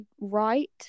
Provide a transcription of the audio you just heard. right